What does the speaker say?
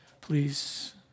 please